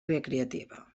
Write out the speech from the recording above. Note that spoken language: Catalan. recreativa